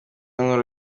nk’uru